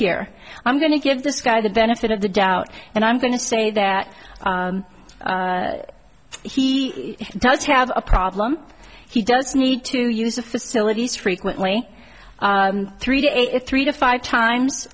here i'm going to give this guy the benefit of the doubt and i'm going to say that he does have a problem he does need to use the facilities frequently three day three to five times